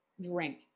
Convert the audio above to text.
drink